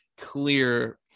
clear